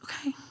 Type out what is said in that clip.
Okay